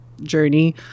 journey